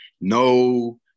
No